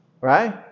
right